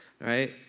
right